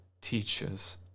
teaches